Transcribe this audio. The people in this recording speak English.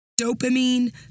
dopamine